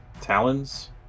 Talons